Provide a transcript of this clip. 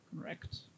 Correct